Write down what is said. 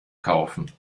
kaufen